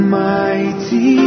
mighty